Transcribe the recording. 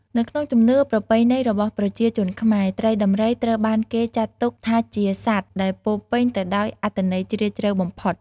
នៅក្នុងជំនឿប្រពៃណីរបស់ប្រជាជនខ្មែរ ត្រីដំរីត្រូវបានគេចាត់ទុកថាជាសត្វដែលពោរពេញទៅដោយអត្ថន័យជ្រាលជ្រៅបំផុត។